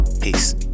Peace